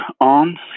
on